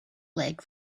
leg